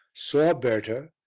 saw berta,